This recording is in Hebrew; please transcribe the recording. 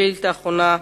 שאילתא אחרונה,